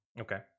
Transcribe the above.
Okay